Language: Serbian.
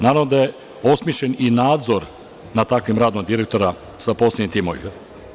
Naravno osmišljen je i nadzor nad takvim radom direktora sa posebnim timovima.